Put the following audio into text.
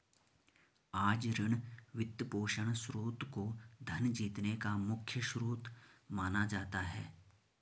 आज ऋण, वित्तपोषण स्रोत को धन जीतने का मुख्य स्रोत माना जाता है